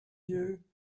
yeux